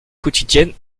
quotidienne